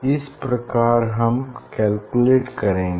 इस प्रकार हम कैलकुलेट करेंगे